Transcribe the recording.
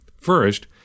First